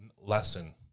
lesson